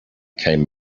came